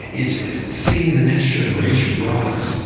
it's seeing the next generation rise.